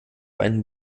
einen